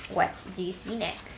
what do you see next